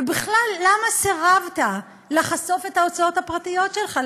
ובכלל, למה סירבת לחשוף את ההוצאות הפרטיות שלך?